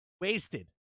wasted